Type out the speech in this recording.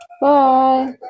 Bye